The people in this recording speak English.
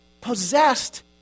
possessed